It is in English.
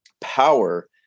power